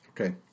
Okay